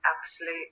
absolute